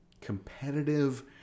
competitive